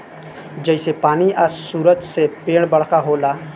जइसे पानी आ सूरज से पेड़ बरका होला